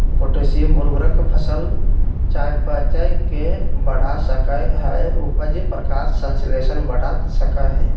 potassium उर्वरक फसल चयापचय के बढ़ा सकई हई, उपज, प्रकाश संश्लेषण बढ़ा सकई हई